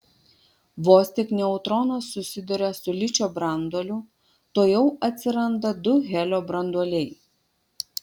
vos tik neutronas susiduria su ličio branduoliu tuojau atsiranda du helio branduoliai